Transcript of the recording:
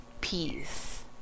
peace